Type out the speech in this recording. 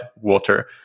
water